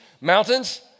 mountains